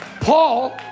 paul